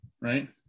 Right